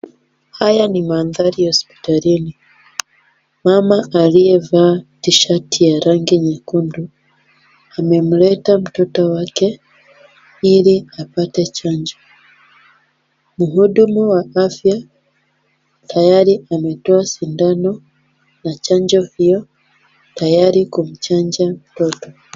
Haya ni manthari ya hospitalini, mama aliyevaa, tishati ya rangi nyekundu, amemleta mtoto wake, ili apate chanjo, muhudumu wa afya, tayari ametoa sindano, na chanjo hio, tayari kumchanja mtoto.